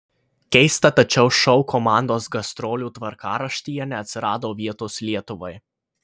keista tačiau šou komandos gastrolių tvarkaraštyje neatsirado vietos lietuvai